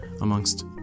amongst